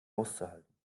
auszuhalten